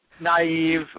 naive